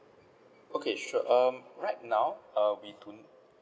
okay sure um right now uh we don't